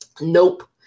nope